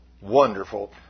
wonderful